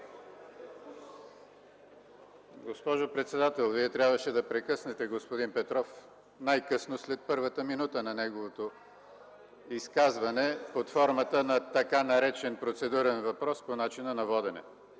Госпожо председател, Вие трябваше да прекъснете господин Петров най-късно след първата минута на неговото изказване под формата на така наречен процедурен въпрос по начина на водена.